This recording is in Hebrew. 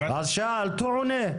שאלת והוא אונה.